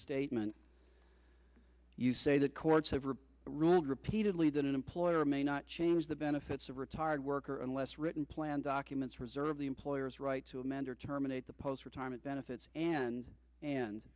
statement you say that courts have ruled repeatedly that an employer may not change the benefits of retired worker unless written plan documents reserve the employer's right to amend or terminate the post retirement benefits and